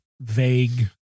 Vague